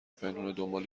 پنهونه، دنبال